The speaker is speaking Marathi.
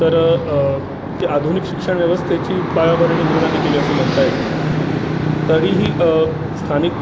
तर ते आधुनिक शिक्षणव्यवस्थेची पायाभरणी इंग्रजांनी केली असं म्हणता येईल तरीही स्थानिक